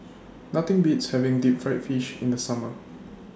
Nothing Beats having Deep Fried Fish in The Summer